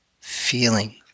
feeling